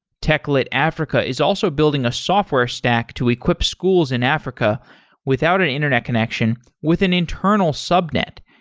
techlit africa is also building a software stack to equip schools in africa without an internet connection with an internal subnet,